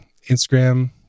Instagram